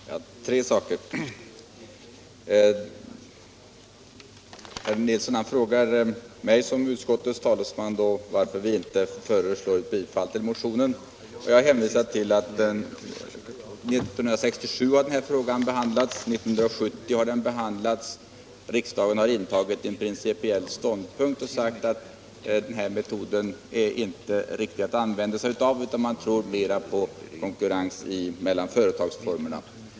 Herr talman! Jag skall bara beröra tre saker. Herr Nilsson i Kalmar frågade mig i egenskap av utskottets talesman varför vi inte hade tillstyrkt motionen. Jag vill hänvisa till att denna fråga behandlades här i riksdagen 1967 och 1970, då riksdagen avfärdade frågan om utredning om överförande av enskilt ägda flerfamiljshus i kommunal ägo. Man trodde mera på konkurrens mellan företagsformerna.